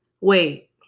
Wait